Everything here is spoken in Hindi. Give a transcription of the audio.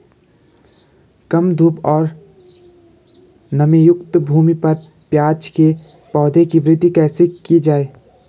कम धूप और नमीयुक्त भूमि पर प्याज़ के पौधों की वृद्धि कैसे की जाए?